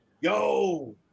yo